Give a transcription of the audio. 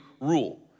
rule